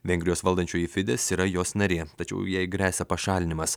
vengrijos valdančioji fides yra jos narė tačiau jai gresia pašalinimas